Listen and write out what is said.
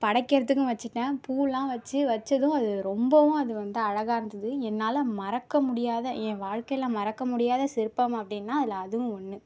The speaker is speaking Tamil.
படைக்கிறதுக்குன்னு வெச்சுட்டேன் பூவெல்லாம் வெச்சு வைச்சதும் அது ரொம்பவும் அது வந்து அழகாக இருந்தது என்னால் மறக்க முடியாத என் வாழ்க்கையில் மறக்க முடியாத சிற்பம் அப்படின்னா அதில் அதுவும் ஒன்று